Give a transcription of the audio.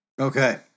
Okay